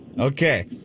Okay